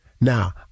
Now